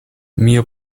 mia